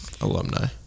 Alumni